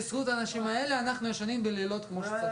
יש כאן מכלול של דברים שאני מאוד מקווה שיתוכללו.